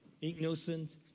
innocent